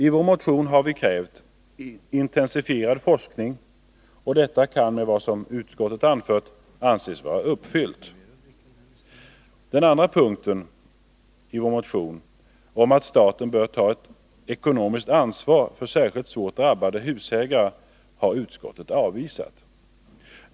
I vår motion har vi krävt intensifierad forskning, och detta krav kan med vad utskottet anfört anses vara tillmötesgått. Den andra punkten i vår motion, om att staten bör ta ett ekonomiskt ansvar för särskilt svårt drabbade husägare, har utskottet avvisat.